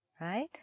right